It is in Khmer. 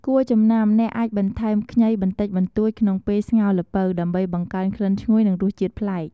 គួរចំណាំ អ្នកអាចបន្ថែម ខ្ញី បន្តិចបន្តួចក្នុងពេលស្ងោរល្ពៅ ដើម្បីបង្កើនក្លិនឈ្ងុយ និងរសជាតិប្លែក។